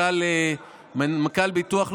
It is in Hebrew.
הוא בעצמו אומר שצריך שנה.